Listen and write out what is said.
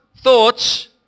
thoughts